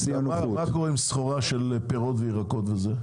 מה קורה עם סחורה של פירות וירקות וכדומה?